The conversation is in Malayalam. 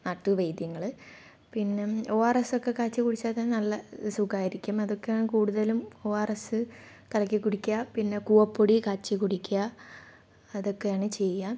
നാട്ടു വൈദ്യങ്ങൾ പിന്നെ ഒ ആർ എസ് ഒക്കെ കാച്ചി കുടിച്ചാൽ തന്നെ സുഖമായിരിക്കും അതൊക്കെയാണ് കൂടുതലും ഒ ആർ എസ് കലക്കി കുടിക്കുക പിന്നെ കൂവപ്പൊടി കാച്ചി കുടിക്കുക അതൊക്കെയാണ് ചെയ്യുക